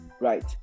right